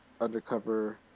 undercover